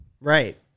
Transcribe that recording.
Right